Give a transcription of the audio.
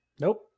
Nope